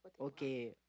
Okay